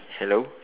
hello